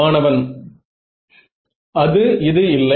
மாணவன் இது அது இல்லை